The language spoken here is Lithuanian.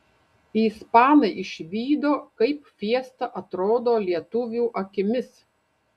ispanai išvydo kaip fiesta atrodo lietuvių akimis